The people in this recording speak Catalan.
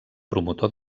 promotor